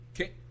Okay